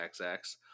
XX